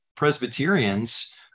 Presbyterians